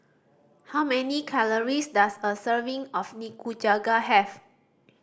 how many calories does a serving of Nikujaga have